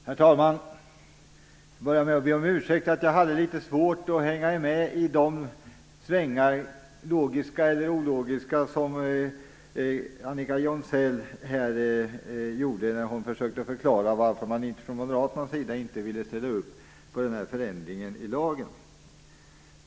Herr talman! Jag börjar med att be om ursäkt för att jag har litet svårt att hänga med i de svängar, logiska eller ologiska, som Annika Jonsell här gjorde när hon här försökta förklara varför man inte från Moderaternas sida ville ställa upp på förändringen i lagen.